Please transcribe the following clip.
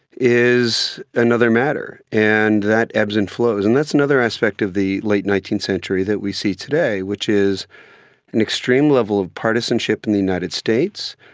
is another matter. and that ebbs and flows. and that's another aspect of the late nineteenth century that we see today which is an extreme level of partisanship in the united states,